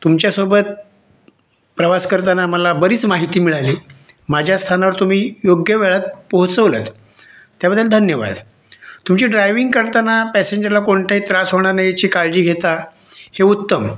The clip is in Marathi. तुमच्यासोबत प्रवास करताना मला बरीच माहिती मिळाली माझ्या स्थानावर तुम्ही योग्य वेळात पोहोचवलंत त्याबद्दल धन्यवाद तुमचे ड्रायव्हिंग करताना पॅसेंजरला कोणताही त्रास होणार नाही याची काळजी घेता हे उत्तम